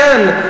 כן,